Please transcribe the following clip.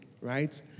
right